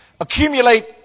Accumulate